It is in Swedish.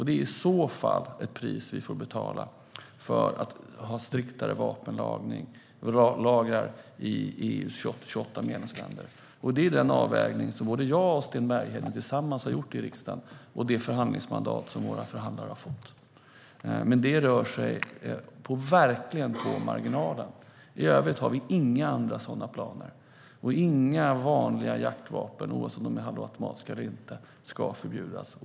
Det är i så fall ett pris vi får betala för att ha striktare vapenlagar i EU:s 28 medlemsländer. Det är den avvägning som både jag och Sten Bergheden tillsammans har gjort i riksdagen och det förhandlingsmandat som våra förhandlare har fått. Men det rör sig verkligen på marginalen. I övrigt har vi inga andra sådana planer. Inga vanliga jaktvapen - oavsett om de är halvautomatiska eller inte - ska förbjudas.